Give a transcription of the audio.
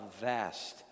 vast